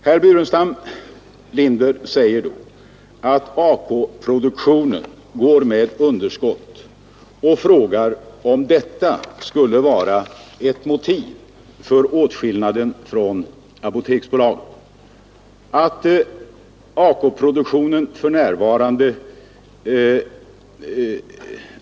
Herr Burenstam Linder säger då att ACO-produktionen går med underskott och frågar om detta skulle vara ett motiv för åtskillnaden från Apoteksbolaget.